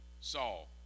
Saul